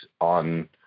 on